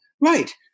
right